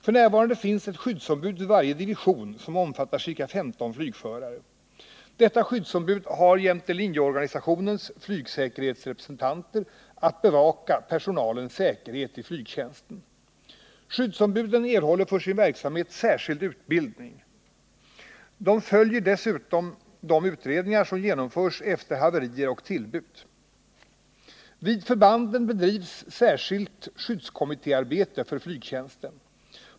F.n. finns ett skyddsombud vid varje division som omfattar ca 15 flygförare. Detta skyddsombud har jämte linjeorganisationens flygsäkerhetsrepresentanter att bevaka personalens säkerhet i flygtjänsten. Skyddsombuden erhåller för sin verksamhet särskild utbildning. De följer dessutom de utredningar som genomförs efter haverier och tillbud. Vid förbanden bedrivs särskilt skyddskommittéarbete för flygtjänsten.